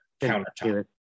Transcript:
countertop